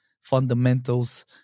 fundamentals